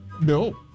No